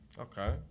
Okay